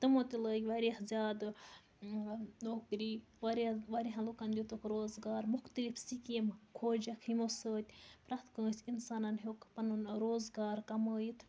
تِمو تہِ لٲگۍ واریاہ زیادٕ نوکری واریاہ واریاہَن لُکَن دیُتُکھ روزگار مُختلِف سِکیٖم کھوجَکھ یِمو سۭتۍ پرٛٮ۪تھ کٲنٛسہِ اِنسانَن ہیوٚک پَنُن روزگار کَمٲیِتھ